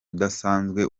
udasanzwe